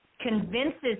convinces